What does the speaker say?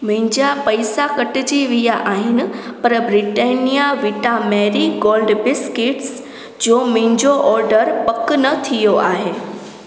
मुंहिंजा पैसा कटिजी विया आहिनि पर Britannia Vita Marie Gold biscuits जो मुंहिंजो ऑडर पक न थियो आहे